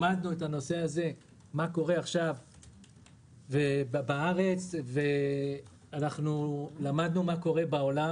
למדנו מה קורה בארץ ומה קורה בעולם.